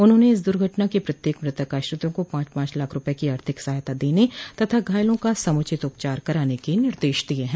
उन्होंने इस दुर्घटना के प्रत्येक मृतक आश्रितों को पाँच पाँच लाख रूपये की आर्थिक सहायता देने तथा घायलों का समुचित उपचार कराने के निर्देश दिये हैं